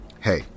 hey